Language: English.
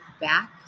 back